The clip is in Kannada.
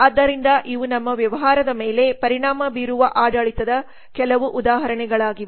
ಆದ್ದರಿಂದ ಇವು ನಮ್ಮ ವ್ಯವಹಾರದ ಮೇಲೆ ಪರಿಣಾಮ ಬೀರುವ ಆಡಳಿತದ ಕೆಲವು ಉದಾಹರಣೆಗಳಾಗಿವೆ